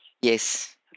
Yes